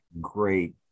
great